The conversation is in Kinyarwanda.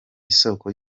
isoko